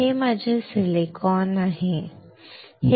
हे माझे सिलिकॉन आहे हे सिलिकॉन डायऑक्साइड आहे